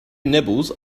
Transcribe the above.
nibbles